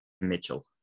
Mitchell